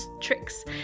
tricks